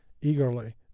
Eagerly